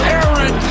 Aaron